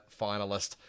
finalist